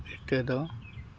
ᱤᱴᱟᱹ ᱫᱚ